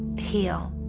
heal.